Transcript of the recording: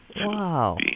Wow